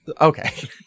Okay